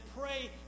pray